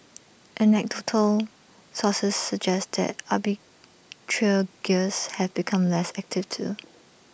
anecdotal sources suggest that arbitrageurs have become less active too